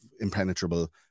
impenetrable